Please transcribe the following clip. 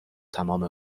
تمام